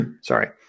Sorry